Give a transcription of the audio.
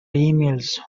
emails